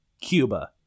Cuba